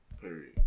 Period